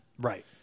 right